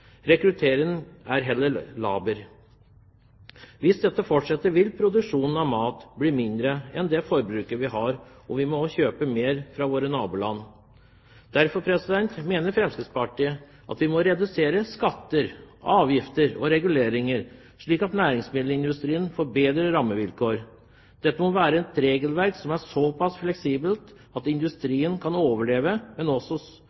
er heller laber. Hvis dette fortsetter, vil produksjonen av mat bli mindre enn det forbruket vi har, og vi må kjøpe mer fra våre naboland. Derfor mener Fremskrittspartiet at vi må redusere skatter, avgifter og reguleringer, slik at næringsmiddelindustrien får bedre rammevilkår. Dette må være et regelverk som er såpass fleksibelt at industrien kan overleve, men